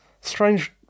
Strange